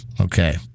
Okay